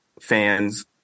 fans